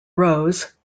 rose